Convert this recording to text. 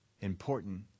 Important